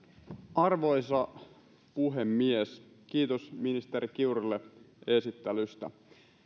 arvoisa puhemies kiitos ministeri kiurulle esittelystä